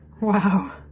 Wow